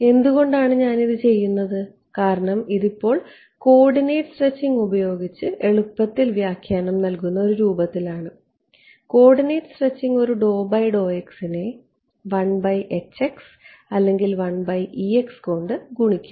എന്തുകൊണ്ടാണ് ഞാൻ ഇത് ചെയ്യുന്നത് കാരണം ഇത് ഇപ്പോൾ കോർഡിനേറ്റ് സ്ട്രെച്ചിംഗ് ഉപയോഗിച്ച് എളുപ്പത്തിൽ വ്യാഖ്യാനം നൽകുന്ന ഒരു രൂപത്തിലാണ് കോർഡിനേറ്റ് സ്ട്രെച്ചിംഗ് ഒരു നെ അല്ലെങ്കിൽ കൊണ്ട് ഗുണിക്കും